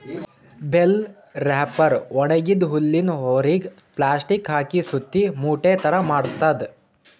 bell wrapper ಒಣಗಿದ್ದ್ ಹುಲ್ಲಿನ್ ಹೊರೆಗ್ ಪ್ಲಾಸ್ಟಿಕ್ ಹಾಕಿ ಸುತ್ತಿ ಮೂಟೆ ಥರಾ ಮಾಡ್ತದ್